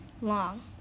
long